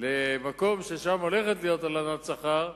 למקום ששם הולכת להיות הלנת שכר,